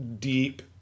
deep